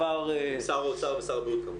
עם שר האוצר ושר הבריאות כמובן.